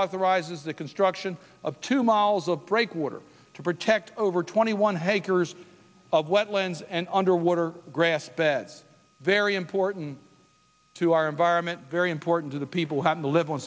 authorizes the construction of two miles of break water to protect over twenty one hankers of wetlands and underwater grass beds very important to our environment very important to the people who happen to live on